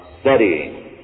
studying